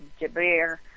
Jabir